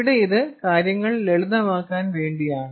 ഇവിടെ ഇത് കാര്യങ്ങൾ ലളിതമാക്കാൻ വേണ്ടിയാണ്